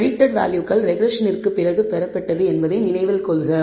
predicted வேல்யூக்கள்ரெக்ரெஸ்ஸனிற்கு பிறகு பெறப்பட்டது என்பதை நினைவில் கொள்க